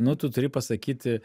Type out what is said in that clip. nu tu turi pasakyti